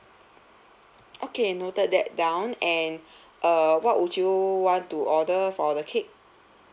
okay noted that down and uh what would you want to order for the cake